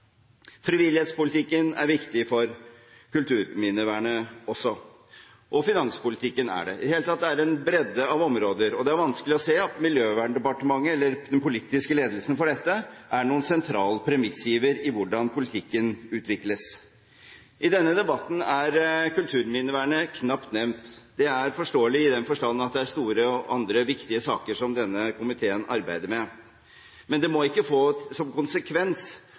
Frivillighetspolitikken er viktig for kulturminnevernet også – og finanspolitikken er det. Det er i det hele tatt en bredde av områder, og det er vanskelig å se at Miljøverndepartementet eller den politiske ledelsen for dette er noen sentral premissgiver for hvordan politikken utvikles. I denne debatten er kulturminnevernet knapt nevnt. Det er forståelig i den forstand at det er andre store og viktige saker som denne komiteen arbeider med, men det må ikke få som konsekvens